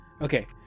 Okay